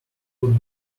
would